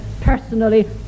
personally